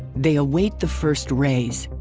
they await the first rays.